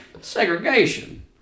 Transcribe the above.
Segregation